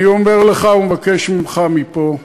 אני אומר לך ומבקש ממך מפה,